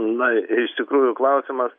na iš tikrųjų klausimas